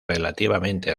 relativamente